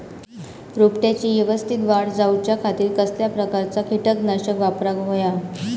रोपट्याची यवस्तित वाढ जाऊच्या खातीर कसल्या प्रकारचा किटकनाशक वापराक होया?